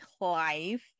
life